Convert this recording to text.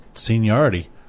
seniority